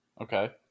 Okay